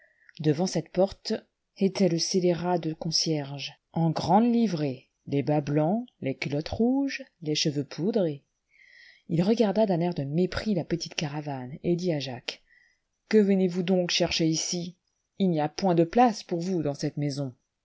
devant cette porte était le scélérat de concierge en grande livrée les bas blancs les culottes rouges les cheveux poudrés il regarda d'un air de mépris la petite caravane et dit à jacques que venez-vous chercher ici il n'y a point de place pour vous dans cette maison